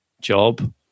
job